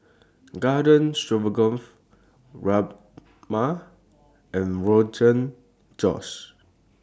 Garden Stroganoff Rajma and Rogan Josh